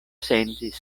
sentis